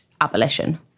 abolition